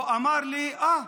הוא אמר לי: אה,